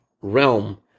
realm